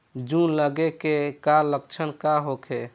जूं लगे के का लक्षण का होखे?